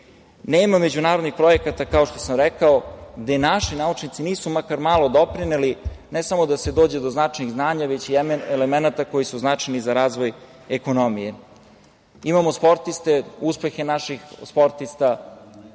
međunarodnih projekata, kao što sam rekao, gde naši naučnici nisu makar malo doprineli, ne samo da se dođe do značajnih znanja, već i elemenata koji su značajni za razvoj ekonomije. Imamo sportiste, uspehe naših sportista,